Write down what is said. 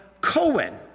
Cohen